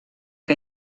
que